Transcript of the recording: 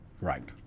right